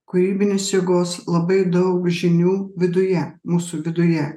kūrybinės jėgos labai daug žinių viduje mūsų viduje